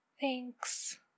Thanks